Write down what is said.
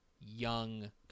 young